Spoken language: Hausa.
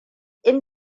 in